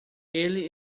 ele